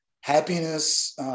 Happiness